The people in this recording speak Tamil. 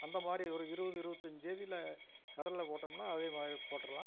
அந்த மாதிரி ஒரு இருபது இருவத்தஞ்தேதில கடலை போட்டோம்னா அதே மாதிரி போட்டுர்லாம்